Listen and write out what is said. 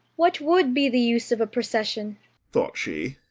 what would be the use of a procession thought she,